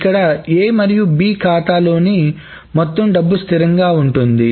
ఇక్కడ A మరియు B ఖాతాలోని మొత్తం డబ్బు స్థిరంగా ఉంటుంది